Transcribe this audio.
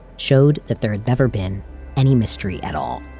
showed that there had never been any mystery at all.